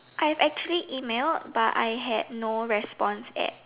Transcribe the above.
I have actually emailed but I had no response at